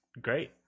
great